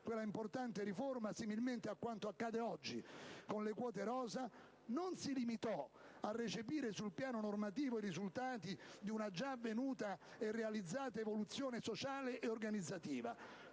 Quella importante riforma, similmente a quanto accade oggi con le quote rose, non si limitò a recepire sul piano normativo i risultati di una già avvenuta e realizzata evoluzione sociale ed organizzativa,